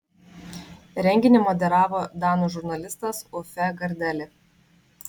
renginį moderavo danų žurnalistas uffe gardeli